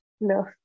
No